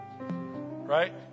Right